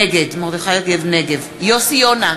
נגד יוסי יונה,